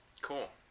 Cool